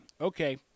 okay